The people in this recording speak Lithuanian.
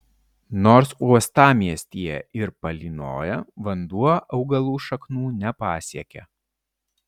nors uostamiestyje ir palynoja vanduo augalų šaknų nepasiekia